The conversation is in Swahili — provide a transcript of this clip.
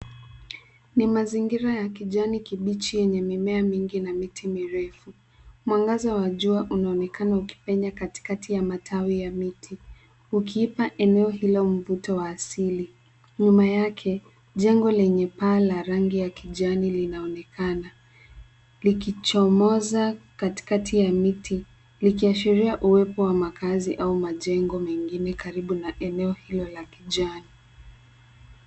Ni mazingira ya kijani kibichi yenye mimea mingi na miti mirefu. Mwangaza wa jua unaonekana ukipenya katikati ya matawi ya miti ukiipa eneo hilo mvuto wa asili. Nyuma yake jengo lenye paa la rangi ya kijani linaonekana likichomoza katikati ya miti likiashiria uwepo wa makazi au majengo mengine karibu na eneo hilo la kijani.